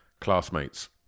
classmates